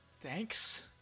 Thanks